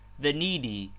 the needy,